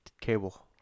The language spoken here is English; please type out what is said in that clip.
cable